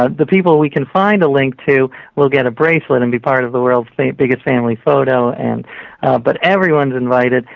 ah the people we can find a link to will get a bracelet and be part of the world's biggest family photo, and ah but everyone is invited.